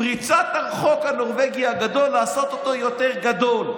פריצת החוק הנורבגי הגדול, לעשות אותו יותר גדול.